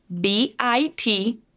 B-I-T